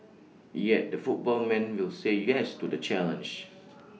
yet the football man will say yes to the challenge